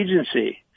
agency